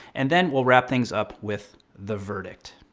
and then we'll wrap things up with the verdict.